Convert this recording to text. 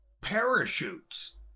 parachutes